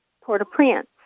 Port-au-Prince